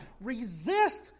Resist